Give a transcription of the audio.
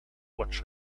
watch